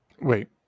Wait